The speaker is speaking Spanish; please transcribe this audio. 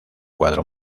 cuadro